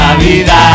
Navidad